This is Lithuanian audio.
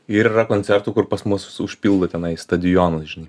ir yra koncertų kur pas mus užpildo tenai stadionas žinai